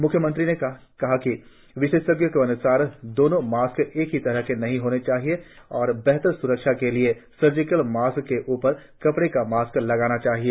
म्ख्यमंत्री ने कहा कि विशेषज्ञों के अन्सार दोनों मास्क एक ही तरह का नहीं होना चाहिए और बेहतर स्रक्षा के लिए सर्जिकल मास्क के उपर कपड़े के मास्क लगाना चाहिए